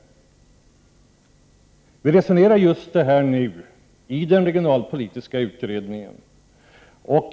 Vi resonerar nu om just detta i den regionalpolitiska utredningen.